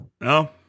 No